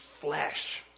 flesh